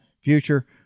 future